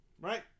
Right